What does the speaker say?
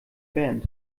band